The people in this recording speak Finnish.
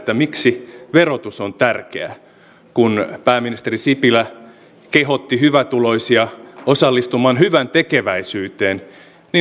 miksi verotus on tärkeä kun pääministeri sipilä kehotti hyvätuloisia osallistumaan hyväntekeväisyyteen